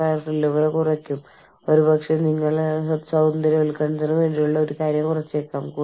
വിവിധ കറൻസികളും കറൻസി ഏറ്റക്കുറച്ചിലുകളും കണക്കിലെടുത്ത് ബഡ്ജറ്റിംഗും പേറോൾ ട്രാക്കിങ്ങും ചെയ്യുക